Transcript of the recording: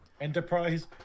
enterprise